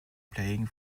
playing